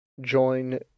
Join